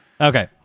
Okay